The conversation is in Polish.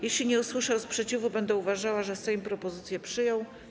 Jeśli nie usłyszę sprzeciwu, będę uważała, że Sejm propozycję przyjął.